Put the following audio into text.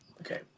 Okay